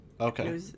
Okay